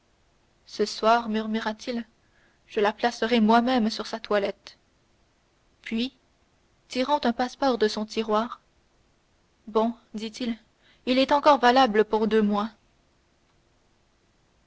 ce soir murmura-t-il je la placerai moi-même sur sa toilette puis tirant un passeport de son tiroir bon dit-il il est encore valable pour deux mois